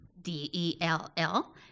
D-E-L-L